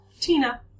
Tina